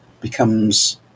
becomes